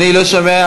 אני לא שומע,